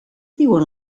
diuen